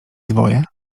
dwoje